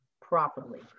properly